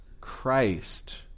Christ